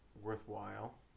worthwhile